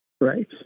Right